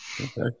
Okay